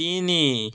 ତିନି